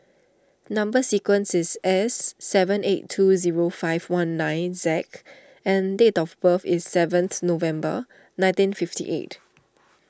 Number Sequence is S seven eight zero two five one nine Z and date of birth is seventh November nineteen fifty eight